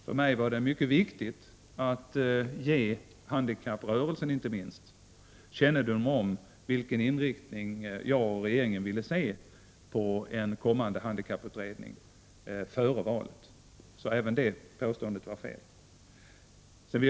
För mig var det viktigt att ge inte minst handikapprörelsen kännedom före valet om vilken inriktning jag och regeringen vill se på den kommande handikapputredningen. Även det påståendet var felaktigt.